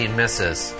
misses